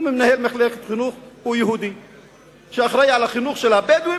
הוא מנהל מחלקת חינוך שאחראי על החינוך של הבדואים,